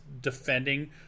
defending